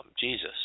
Jesus